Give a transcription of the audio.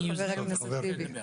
חבר הכנסת טיבי.